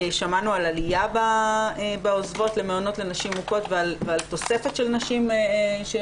שמענו על עלייה בעוזבות למעונות לנשים מוכות ועל תוספת של נשים של